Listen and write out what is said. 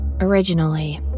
Originally